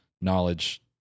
knowledge